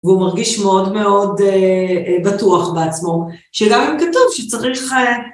והוא מרגיש מאוד מאוד בטוח בעצמו, שגם אם ה כתוב שצריך...